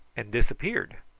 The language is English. and disappeared.